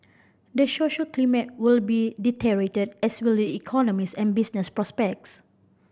the social climate will be deteriorate as will the economies and business prospects